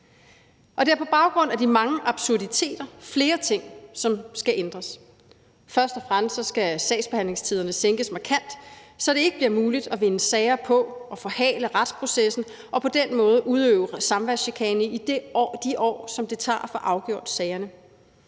Der er på baggrund af de mange absurditeter flere ting, som skal ændres. Først og fremmest skal sagsbehandlingstiderne sænkes markant, så det ikke bliver muligt at vinde sager på at forhale retsprocessen og på den måde udøve samværschikane i de år, som det tager at få afgjort sagerne.